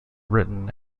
written